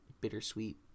bittersweet